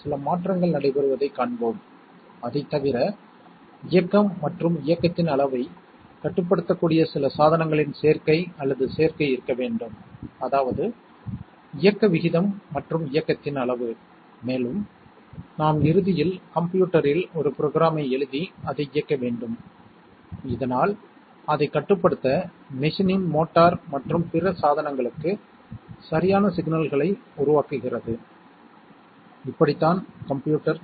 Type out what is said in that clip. ஆனால் நீங்கள் A AND B ஐ நிரப்பினால் அதாவது ' பின்னர் நீங்கள் A B ஐப் பெறுவீர்கள் இது பல சமயங்களில் இருக்கும் சுற்றுகளுடன் ஒப்பிடுவதன் மூலம் சுற்றுகளை உருவாக்குவதற்கான ஒரு வழியாகும்